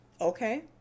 okay